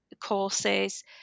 courses